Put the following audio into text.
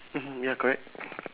mm ya correct